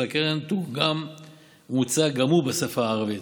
הקרן תורגם ומוצג גם הוא בשפה הערבית.